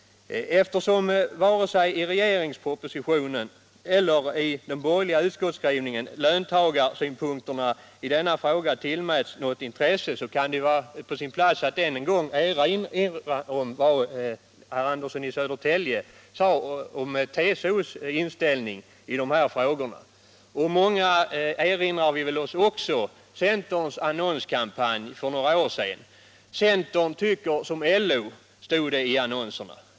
Eftersom varken i regeringspropositionen eller i den borgerliga utskottsskrivningen löntagarsynpunkterna i denna fråga tillmätts något intresse, kan det vara på sin plats att erinra om vad herr Andersson i Södertälje sade om TCO:s inställning i dessa frågor. Många av oss erinrar sig väl också centerns annonskampanj för några år sedan. ”Centern tycker som LO”, stod det i annonserna.